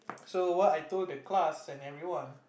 so what I told the class and everyone